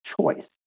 choice